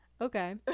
okay